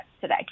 today